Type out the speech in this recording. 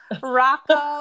Rocco